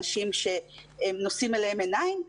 אנשים שנושאים אליהם עיניים,